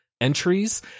entries